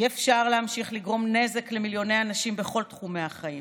אי-אפשר להמשיך לגרום נזק למיליוני אנשים בכל תחומי החיים.